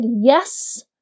yes